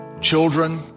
children